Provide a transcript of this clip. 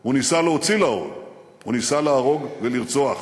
הוא ניסה להוציא להורג, הוא ניסה להרוג ולרצוח.